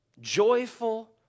Joyful